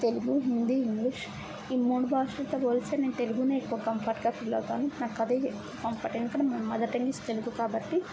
Telugu Hindi English ఈ మూడు భాషలతో పొలిస్తే నేను తెలుగునే ఎక్కువ కంఫర్ట్గా ఫీల్ అవుతాను నాకు అదే కంఫర్ట్ ఎందుకు అంటే my mother tongue is Telugu కాబట్టి